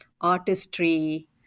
artistry